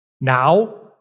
now